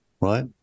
right